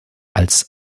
als